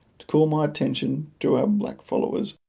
to call my attention to our black followers,